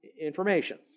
information